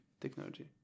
technology